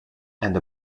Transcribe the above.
and